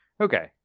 Okay